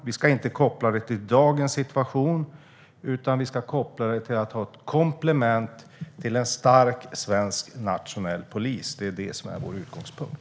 Vi ska inte koppla det till dagens situation, utan det ska vara ett komplement till en stark svensk nationell polis. Det är vår utgångspunkt.